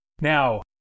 Now